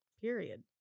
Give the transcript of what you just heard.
period